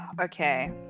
Okay